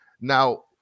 Now